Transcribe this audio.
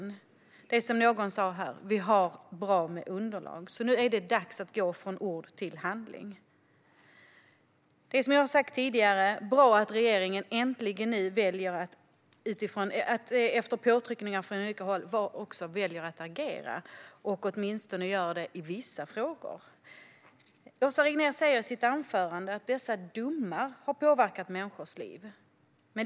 Det är precis som någon sa här att vi har bra med underlag, så nu är det dags att gå från ord till handling. Det är som jag har sagt tidigare bra att regeringen nu äntligen efter påtryckningar från olika håll väljer att agera - åtminstone i vissa frågor. Åsa Regnér säger i sitt anförande att dessa domar har påverkat människors liv.